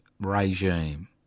regime